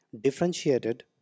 differentiated